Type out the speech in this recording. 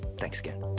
thanks again.